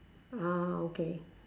ah okay